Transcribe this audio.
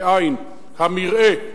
המרעה,